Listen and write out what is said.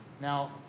Now